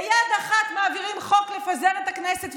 ביד אחת מעבירים חוק לפזר את הכנסת,